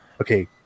okay